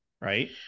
right